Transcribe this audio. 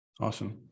Awesome